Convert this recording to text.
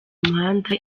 umuhanda